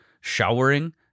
showering